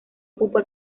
ocupa